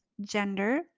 gender